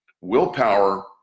Willpower